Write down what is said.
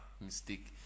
mistake